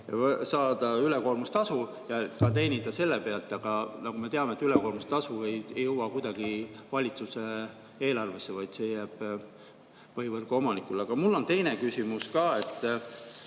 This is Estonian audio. saada ülekoormustasu ja teenida selle pealt. Aga nagu me teame, et ülekoormustasu ei jõua kuidagi valitsuse eelarvesse, vaid see jääb põhivõrgu omanikule. Aga mul on teine küsimus ka. Te